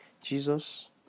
Jesus